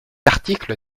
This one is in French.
article